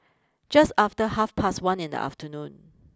just after half past one in the afternoon